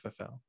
FFL